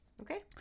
Okay